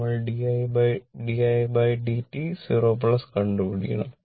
നമ്മൾ didt 0 കണ്ടുപിടിക്കണം